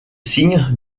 signes